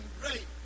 great